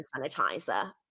sanitizer